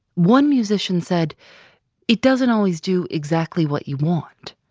one musician said it doesn't always do exactly what you want.